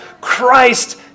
Christ